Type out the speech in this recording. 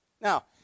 Now